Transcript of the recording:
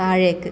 താഴേക്ക്